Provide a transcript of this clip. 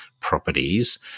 properties